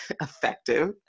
effective